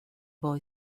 boy